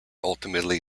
ultimately